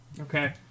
okay